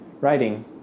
writing